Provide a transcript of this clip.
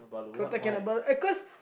Kota-Kinabalu uh cause